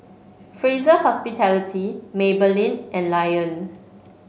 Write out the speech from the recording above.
Fraser Hospitality Maybelline and Lion